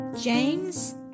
james